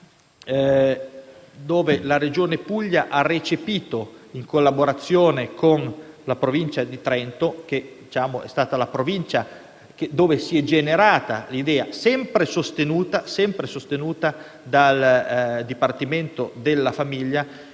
Bari: la Regione Puglia ha recepito, in collaborazione con la Provincia di Trento (che è stata la Provincia in cui si è generata l'idea, sempre sostenuta dal Dipartimento della famiglia),